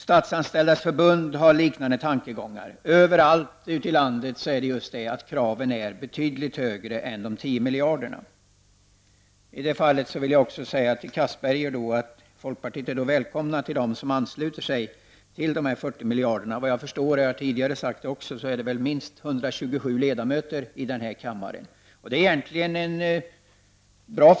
Statsanställdas förbund har liknande tankegångar. Överallt ute i landet är kravet betydligt högre än de anvisade 10 miljarder kronorna. Till Anders Castberger vill jag säga att folkpartiet är välkommet att ansluta sig till kravet på 40 miljarder kronor. Såvitt jag förstår rör det sig om minst 127 ledamöter i denna kammare som står bakom detta krav.